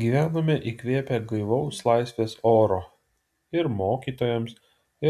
gyvenome įkvėpę gaivaus laisvės oro ir mokytojams